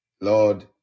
Lord